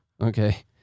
Okay